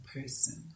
person